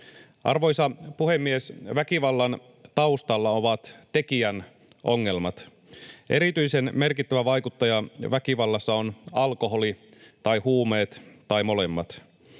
Arvoisa puhemies! Väkivallan taustalla ovat tekijän ongelmat. Erityisen merkittävä vaikuttaja väkivallassa on alkoholi tai huumeet tai molemmat.